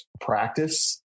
practice